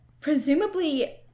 presumably